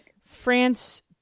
France